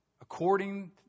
According